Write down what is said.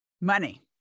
Money